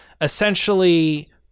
essentially